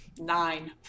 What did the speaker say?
Nine